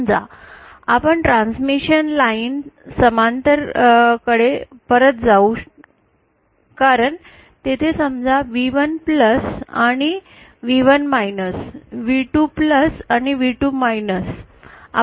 समजा आपण transmission line समांतर कडे परत जाऊ कारण तेथे समजा V1 आणि V1 V2 आणि V2